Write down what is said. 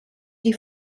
die